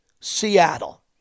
Seattle